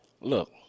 Look